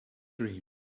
dream